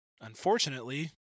unfortunately